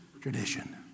tradition